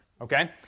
Okay